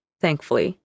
thankfully